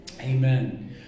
Amen